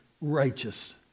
righteous